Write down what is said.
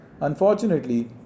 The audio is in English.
Unfortunately